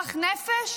ופיקוח נפש,